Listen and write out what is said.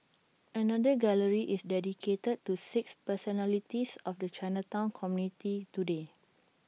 another gallery is dedicated to six personalities of the Chinatown community today